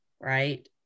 right